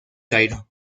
cairo